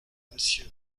monsieur